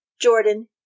Jordan